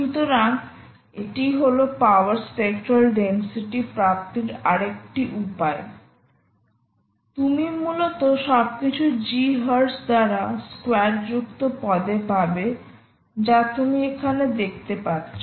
সুতরাং এটি হলো পাওয়ার স্পেক্ট্রাল ডেনসিটি প্রাপ্তির আরেকটি উপায় তুমি মূলত সবকিছু G হার্টজ দ্বারা স্কোয়ারযুক্ত পদে পাবে যা তুমি এখানে দেখতে পাচ্ছ